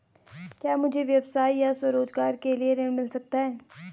क्या मुझे व्यवसाय या स्वरोज़गार के लिए ऋण मिल सकता है?